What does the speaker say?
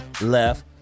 left